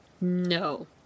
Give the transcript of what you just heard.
No